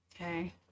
Okay